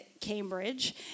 Cambridge